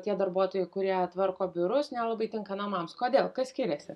tie darbuotojai kurie tvarko biurus nelabai tinka namams kodėl kas skiriasi